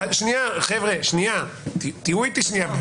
שנייה, חבר'ה, תהיו איתי שנייה.